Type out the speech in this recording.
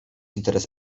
interes